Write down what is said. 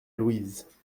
louise